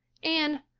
anne,